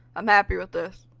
i'm happy with this.